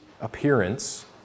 appearance